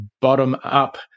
bottom-up